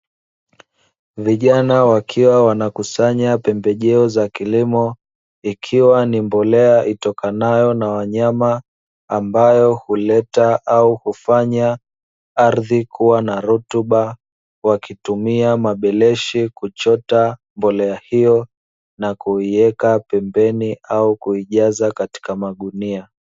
Vijana wakiwa wanakusanya pembejeo za kilimo ikiwa ni mbolea itokanayo na wanyama; ambayo huleta au kufanya ardhi kuwa na rutuba, wakitumia mabeleshi kuchota mbolea hiyo na kuiweka pembeni au kuijaza katika magunia.